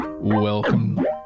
Welcome